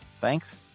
Thanks